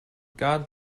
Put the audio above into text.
god